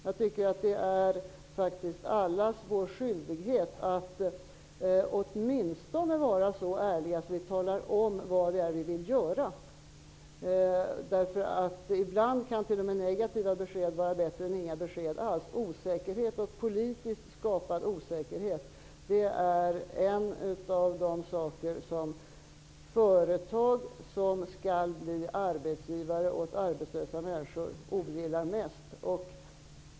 Jag tycker att det är allas vår skyldighet att vara så ärliga att vi talar om vad det är vi vill göra. Ibland kan negativa besked vara bättre än inga besked alls. Politiskt skapad osäkerhet är en av de saker som de företag som skall bli arbetsgivare åt arbetslösa människor ogillar mest.